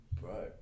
Bro